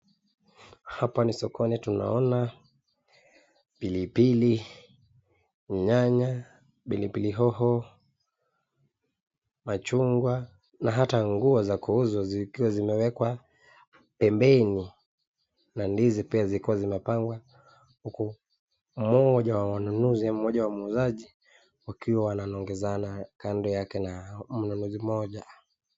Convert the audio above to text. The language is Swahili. Hapa ni sokoni tunaona pilipili, nyanya, pilipili hoho, machungwa na hata nguo za kuuzwa zikiwa zimewekwa pembeni na ndizi pia zilikuwa zimepangwa huku mmoja wa wanunuzi mmoja wa muuzaji wakiwa wananongezana kando yake na mnunuzi mmoja